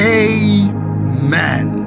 amen